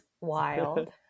wild